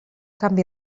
canvi